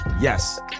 Yes